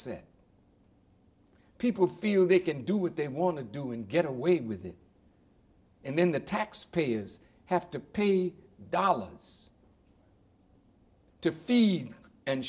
set people feel they can do what they want to do and get away with it in the taxpayers have to pay dollars to feed and